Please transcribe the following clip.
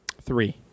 Three